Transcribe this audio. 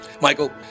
Michael